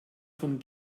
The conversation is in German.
von